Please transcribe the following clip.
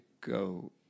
go